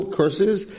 curses